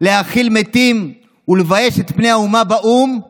להכיל מתים ולבייש את פני האומה באו"ם,